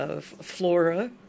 Flora